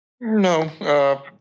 No